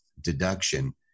deduction